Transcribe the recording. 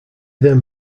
then